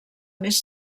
més